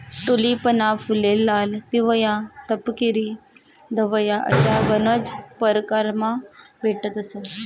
टूलिपना फुले लाल, पिवया, तपकिरी, धवया अशा गनज परकारमा भेटतंस